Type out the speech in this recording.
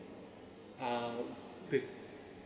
uh with